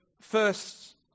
first